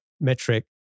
metric